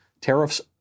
Tariffs